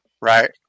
Right